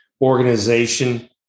organization